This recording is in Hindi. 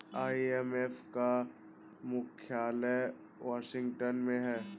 आई.एम.एफ का मुख्यालय वाशिंगटन में है